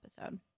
episode